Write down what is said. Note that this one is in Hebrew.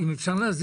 אני לגמרי